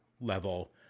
level